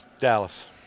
Dallas